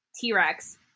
T-Rex